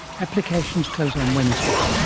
applications close on wednesday.